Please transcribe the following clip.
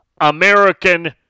American